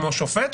כמו שופט,